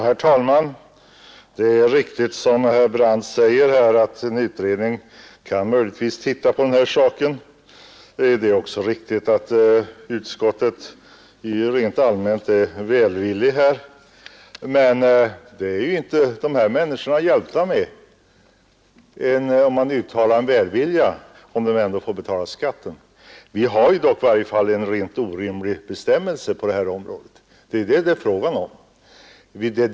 Herr talman! Det är riktigt som herr Brandt säger att en utredning möjligtvis kan titta på den här saken. Det är också riktigt att utskottet rent allmänt är välvilligt. Men de här människorna är inte hjälpta med att man uttalar sig välvilligt, om de ändå får betala skatten. Vi har en rent orimlig bestämmelse på detta område, och det är därför vi vill ha en ändring.